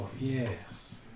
Yes